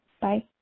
Bye